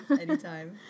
Anytime